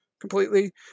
completely